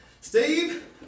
Steve